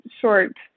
short